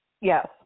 Yes